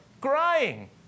crying